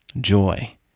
joy